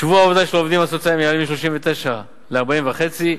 שבוע העבודה של העובדים הסוציאליים יעלה מ-39 שעות ל-40.5 שעות,